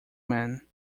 man